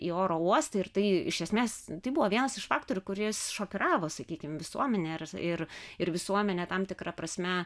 į oro uostą ir tai iš esmės tai buvo vienas iš faktorių kuris šokiravo sakykim visuomenę ir ir visuomenė tam tikra prasme